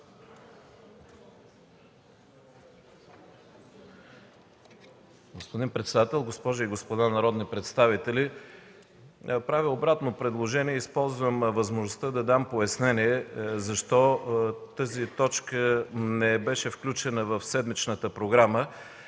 Господин председател, госпожи и господа народни представители, правя обратно предложение и използвам възможността да дам пояснение защо тази точка не беше включена в седмичната програма